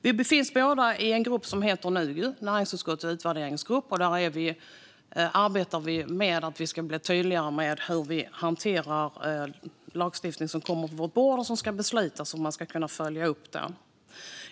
Vi är båda med i näringsutskottets utvärderingsgrupp. Vi arbetar med hur vi kan bli tydligare i hanteringen av förslag till lagstiftning som läggs på vårt bord, uppföljning och så vidare.